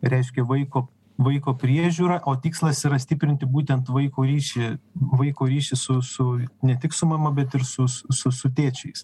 reiškia vaiko vaiko priežiūrą o tikslas yra stiprinti būtent vaiko ryšį vaiko ryšį su su ne tik su mama bet ir su su su tėčiais